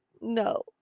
no